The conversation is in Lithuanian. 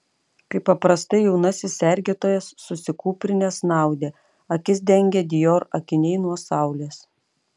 kaip paprastai jaunasis sergėtojas susikūprinęs snaudė akis dengė dior akiniai nuo saulės